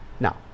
Now